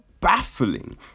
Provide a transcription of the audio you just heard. baffling